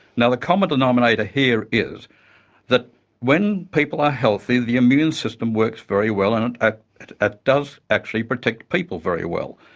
the common denominator here is that when people are healthy, the immune system works very well and and ah it ah does actually protect people very well.